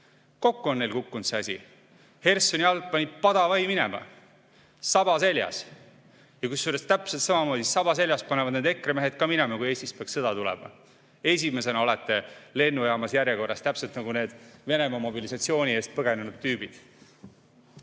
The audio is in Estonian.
Kokku on neil kukkunud see asi. Hersoni alt panid padavai minema, saba seljas, kusjuures täpselt samamoodi, saba seljas, panevad need EKRE mehed ka minema, kui Eestis peaks sõda tulema. Esimesena olete lennujaamas järjekorras, täpselt nagu need Venemaa mobilisatsiooni eest põgenenud tüübid.